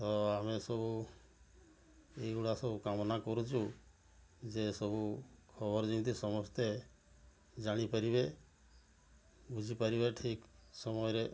ତ ଆମେ ସବୁ ଏଇଗୁଡ଼ା ସବୁ କାମନା କରୁଛୁ ଯେ ସବୁ ଖବର ଯେମିତି ସମସ୍ତେ ଜାଣିପାରିବେ ବୁଝିପାରିବେ ଠିକ୍ ସମୟରେ